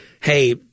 hey